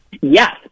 Yes